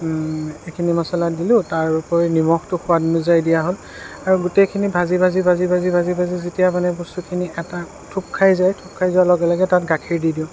এইখিনি মছলা দিলোঁ তাৰ উপৰিও নিমখটো সোৱাদ অনুযায়ী দিয়া হ'ল আৰু গোটেইখিনি ভাজি ভাজি ভাজি ভাজি যেতিয়া মানে বস্তুখিনি এটা থোপ খাই যায় থোপ খাই যোৱাৰ লগে লগে তাত গাখীৰ দি দিওঁ